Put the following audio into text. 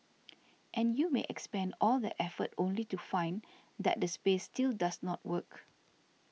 and you may expend all that effort only to find that the space still does not work